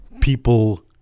people